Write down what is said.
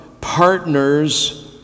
partners